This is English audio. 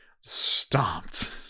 stomped